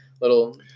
little